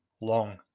long